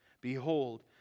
Behold